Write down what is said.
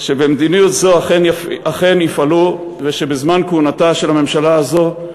שבמדיניות זו אכן יפעלו ושבזמן כהונתה של הממשלה הזאת,